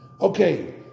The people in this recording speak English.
Okay